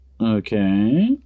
Okay